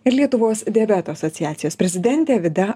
ir lietuvos diabeto asociacijos prezidentė vida